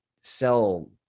sell